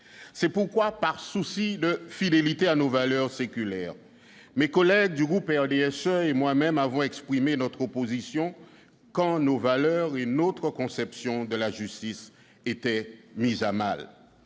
C'est pourquoi, par souci de fidélité à nos valeurs séculaires, mes collègues du groupe du RDSE et moi-même avons exprimé notre opposition, quand nos valeurs et notre conception de la justice étaient mises à mal.